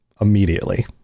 immediately